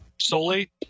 solely